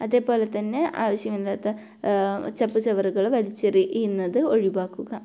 അതേപോലെ തന്നെ ആവശ്യമില്ലാത്ത ചപ്പ് ചവറുകൾ വലിച്ചെറിയുന്നത് ഒഴിവാക്കുക